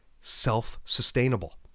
Self-sustainable